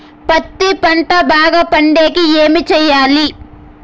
పత్తి పంట బాగా పండే కి ఏమి చెయ్యాలి?